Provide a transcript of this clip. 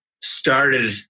started